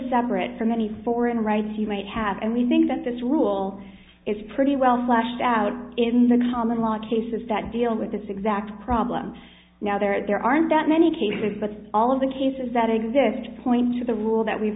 separate from any foreign rights you might have and we think that this rule is pretty well lashed out in the common law cases that deal with this exact problem now there aren't that many cases but all of the cases that exist point to the rule that we've